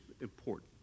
important